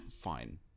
fine